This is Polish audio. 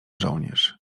żołnierz